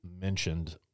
mentioned